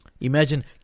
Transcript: Imagine